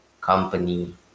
company